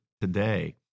today